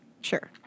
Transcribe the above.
Sure